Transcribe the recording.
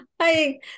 hi